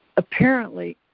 apparently,